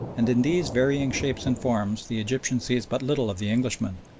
and in these varying shapes and forms the egyptian sees but little of the englishman,